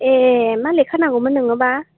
ए मा लेखा नांगौमोन नोंनोबा